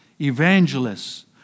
evangelists